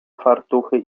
fartuchy